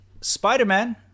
Spider-Man